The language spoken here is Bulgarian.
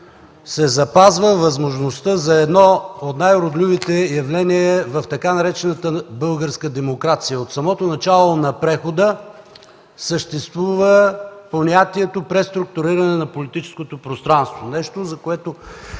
се запазва възможността за едно от най-уродливите явления в така наречената „българска демокрация”. От самото начало на прехода съществува понятието преструктуриране на политическото пространство – нещо, за което